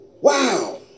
wow